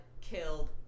killed